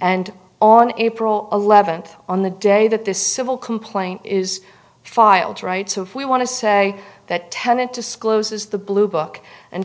and on april eleventh on the day that the civil complaint is filed right so if we want to say that tenet discloses the blue book and